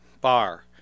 bar